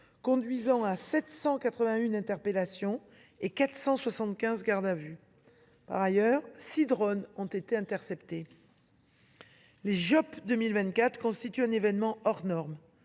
conduisant à 781 interpellations et à 475 gardes à vue. Par ailleurs, six drones ont été interceptés. Ces jeux constituent un événement hors norme